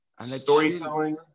Storytelling